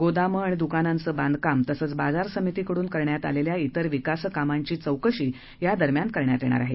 गोदाम आणि दुकानांचे बांधकाम तसंच बाजार समितीकडून करण्यात आलेल्या तिर विकासकामांची चौकशी या दरम्यान करण्यात येणार आहे